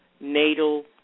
Natal